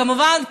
כמובן,